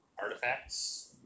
artifacts